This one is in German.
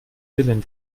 willen